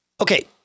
Okay